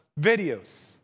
videos